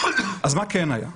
אז מה כן היה?